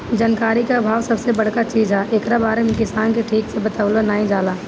जानकारी के आभाव सबसे बड़का चीज हअ, एकरा बारे में किसान के ठीक से बतवलो नाइ जाला